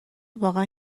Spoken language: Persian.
واقعا